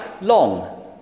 Long